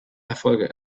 erfolge